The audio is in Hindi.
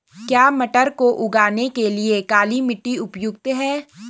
क्या मटर को उगाने के लिए काली मिट्टी उपयुक्त है?